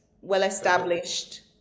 well-established